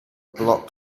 blocked